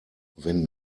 wenn